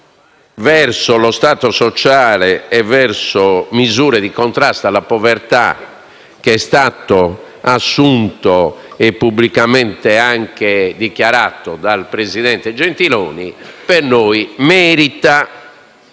verso lo stato sociale e verso misure di contrasto alla povertà che è stato assunto e pubblicamente dichiarato dal presidente Gentiloni Silveri, per noi merita